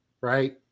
right